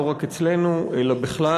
לא רק אצלנו, אלא בכלל,